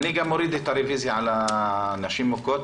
אני גם מוריד את הרוויזיה על הנשים מוכות.